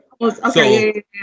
Okay